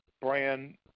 brand